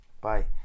Bye